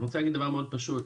אני רוצה להגיד דבר מאוד פשוט,